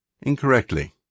incorrectly